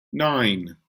nine